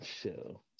show